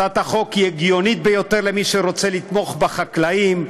הצעת החוק היא הגיונית ביותר למי שרוצה לתמוך בחקלאים,